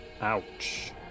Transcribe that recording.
Ouch